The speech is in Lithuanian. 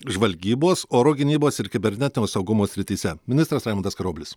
žvalgybos oro gynybos ir kibernetinio saugumo srityse ministras raimundas karoblis